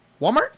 walmart